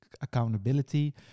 accountability